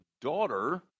daughter